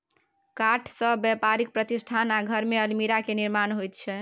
काठसँ बेपारिक प्रतिष्ठान आ घरमे अलमीरा केर निर्माण होइत छै